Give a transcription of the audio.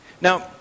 Now